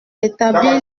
rétablir